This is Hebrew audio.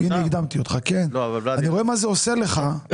אני רואה מה זה עושה לך.